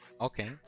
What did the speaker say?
Okay